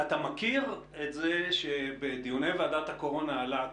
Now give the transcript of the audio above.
אתה מכיר את זה שבדיוני ועדת הקורונה עלה,